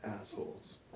assholes